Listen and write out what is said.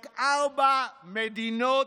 רק ארבע מדינות